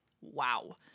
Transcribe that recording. wow